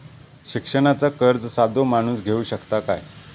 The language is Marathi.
शिक्षणाचा कर्ज साधो माणूस घेऊ शकता काय?